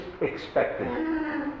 expected